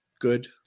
good